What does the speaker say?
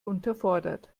unterfordert